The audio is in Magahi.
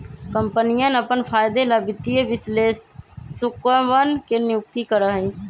कम्पनियन अपन फायदे ला वित्तीय विश्लेषकवन के नियुक्ति करा हई